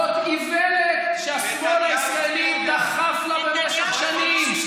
זאת איוולת שהשמאל הישראלי דחף לה במשך שנים.